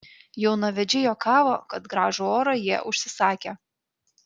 jaunavedžiai juokavo kad gražų orą jie užsisakę